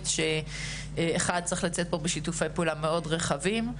צריך לצאת בשיתופי פעולה רחבים מאוד,